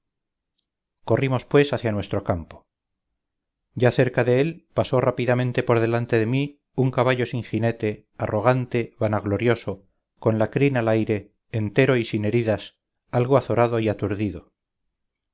corrimos pues hacia nuestro campo ya cerca de él pasó rápidamente por delante de mí un caballo sin jinete arrogante vanaglorioso conla crin al aire entero y sin heridas algo azorado y aturdido